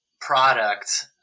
product